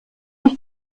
ich